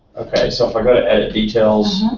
okay. so, if we go to edit details,